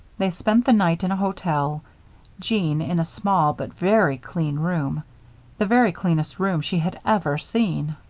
they spent the night in a hotel jeanne in a small, but very clean room the very cleanest room she had ever seen.